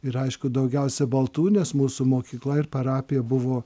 ir aišku daugiausia baltų nes mūsų mokykla ir parapija buvo